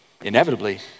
inevitably